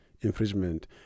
infringement